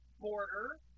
border